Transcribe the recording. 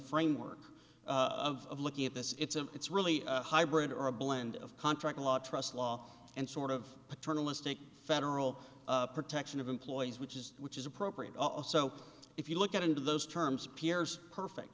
framework of looking at this it's a it's really a hybrid or a blend of contract law trust law and sort of paternalistic federal protection of employees which is which is appropriate also if you look at into those terms pierre's perfect